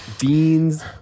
Beans